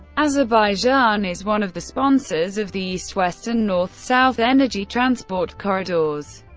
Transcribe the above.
azerbaijan is one of the sponsors of the east-west and north-south energy transport corridors.